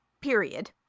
period